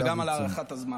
תודה לך, גם על הארכת הזמן.